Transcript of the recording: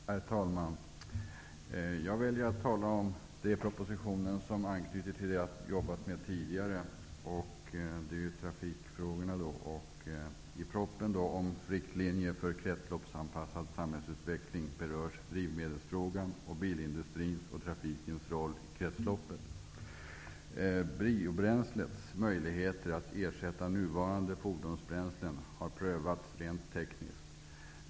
Herr talman! Jag väljer att tala om det i propositionen som anknyter till det jag jobbat med tidigare. Det gäller trafikfrågorna. I propositionen under avsnittet om riktlinjer för kretsloppsanpassad samhällsutveckling berörs drivmedelsfrågan och bilindustrins och trafikens roll i kretsloppet. Biobränslets möjligheter att ersätta nuvarande fordonsbränslen har prövats rent tekniskt.